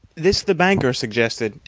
this the banker suggested,